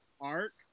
arc